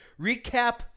recap